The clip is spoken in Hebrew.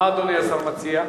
מה אדוני השר מציע?